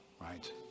right